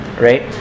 right